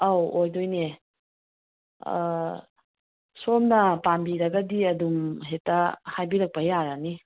ꯑꯧ ꯑꯣꯏꯗꯣꯏꯅꯦ ꯁꯣꯝꯅ ꯄꯥꯝꯕꯤꯔꯒꯗꯤ ꯑꯗꯨꯝ ꯍꯦꯛꯇ ꯍꯥꯏꯕꯤꯔꯛꯄ ꯌꯥꯔꯅꯤ